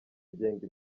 agenga